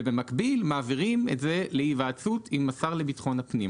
ובמקביל מעבירים את זה להיוועצות עם השר לביטחון הפנים.